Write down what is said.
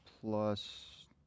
Plus